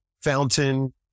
fountain